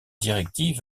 directives